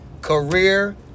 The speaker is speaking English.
career